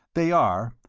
they are,